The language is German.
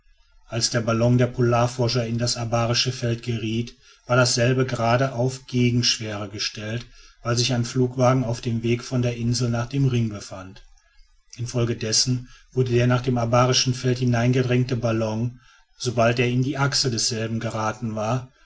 als der ballon der polarforscher in das abarische feld geriet war dasselbe gerade auf gegenschwere gestellt weil sich ein flugwagen auf dem wege von der insel nach dem ringe befand infolgedessen wurde der nach dem abarischen felde hingedrängte ballon sobald er in die achse desselben geraten war